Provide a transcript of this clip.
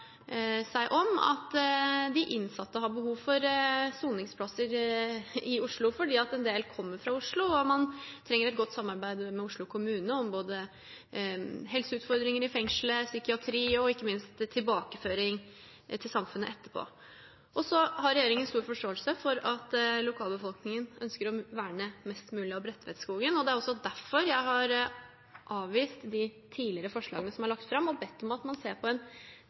om at de innsatte har behov for soningsplasser i Oslo, fordi en del kommer fra Oslo, og man trenger et godt samarbeid med Oslo kommune om både helseutfordringer i fengslet, psykiatri og ikke minst tilbakeføring til samfunnet etterpå. Regjeringen har stor forståelse for at lokalbefolkningen ønsker å verne mest mulig av Bredtvetskogen. Det er også derfor jeg har avvist de tidligere forslagene som er lagt fram, og bedt om at man ser på